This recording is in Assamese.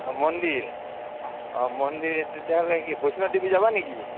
অঁ মন্দিৰ অঁ মন্দিৰ তেতিয়াহ'লে সি বৈষ্ণৱদেৱী যাবা নেকি